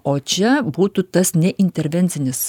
o čia būtų tas neintervencinis